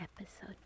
episode